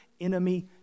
enemy